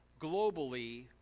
globally